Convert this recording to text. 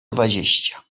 dwadzieścia